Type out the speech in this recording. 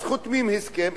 אז חותמים הסכם,